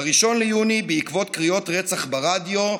ב-1 ביוני, בעקבות קריאות רצח ברדיו,